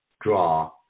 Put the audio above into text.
draw